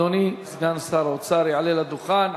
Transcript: אדוני סגן שר האוצר יעלה לדוכן.